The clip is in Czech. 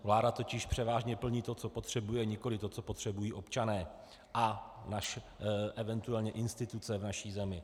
Vláda totiž převážně plní to, co potřebuje, nikoliv to, co potřebují občané a event. instituce v naší zemi.